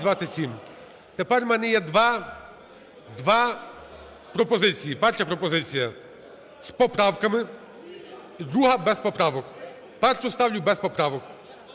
Тепер у мене є два, дві пропозиції. Перша пропозиція – з поправками, друга – без поправок. Першу ставлю без поправок.